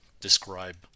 describe